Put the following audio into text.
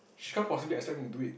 she can't possibly expect me to do it